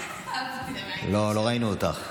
לא ראינו אותך.